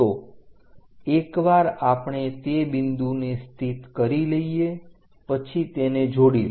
તો એકવાર આપણે તે બિંદુને સ્થિત કરી લઈએ પછી તેને જોડી લો